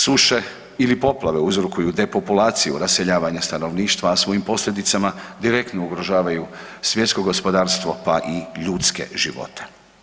Suše ili poplavu uzrokuju depopulaciju, raseljavanje stanovništva a svojim posljedicama direktno ugrožavaju svjetsko gospodarstvo pa i ljudske živote.